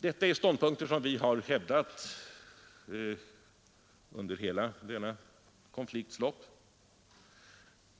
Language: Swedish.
Detta är ståndpunkter som vi har hävdat under hela denna konflikts lopp.